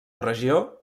regió